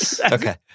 Okay